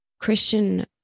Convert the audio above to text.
Christian